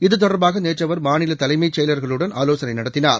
இது தொடர்பாக நேற்று அவர் மாநில தலைமை செயலாளர்களுடன் அவர் ஆலோசனை நடத்தினார்